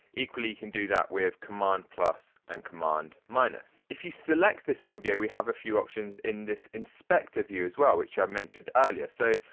equally you can do that with command plus and command minus. if you select this audio we have a few options in this inspector view as well which i mentioned earlier. so,